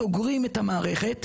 סוגרים את המערכת,